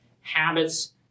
habits